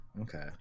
okay